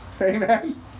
Amen